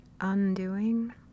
Undoing